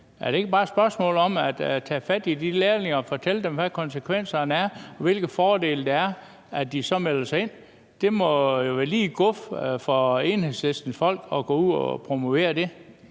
Er det ikke bare et spørgsmål om at tage fat i de lærlinge og fortælle dem, hvad konsekvenserne er, og hvilke fordele der er, hvis de melder sig ind? Det må jo lige være guf for Enhedslistens folk at gå ud og promovere det.